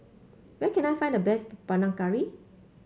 where can I find the best Panang Curry